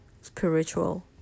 spiritual